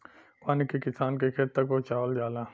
पानी के किसान के खेत तक पहुंचवाल जाला